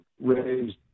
raised